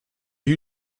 you